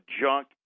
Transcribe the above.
junk